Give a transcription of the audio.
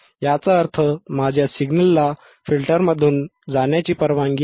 याचा अर्थ माझ्या सिग्नलला फिल्टरमधून जाण्याची परवानगी आहे